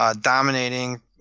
dominating